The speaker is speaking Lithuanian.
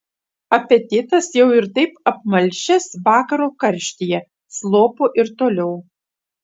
apetitas jau ir taip apmalšęs vakaro karštyje slopo ir toliau